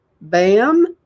BAM